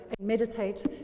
meditate